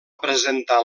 presentar